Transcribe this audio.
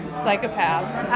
psychopaths